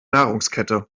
nahrungskette